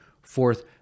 Fourth